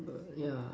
err yeah